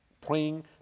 praying